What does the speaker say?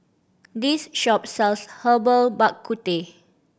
this shop sells Herbal Bak Ku Teh